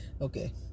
Okay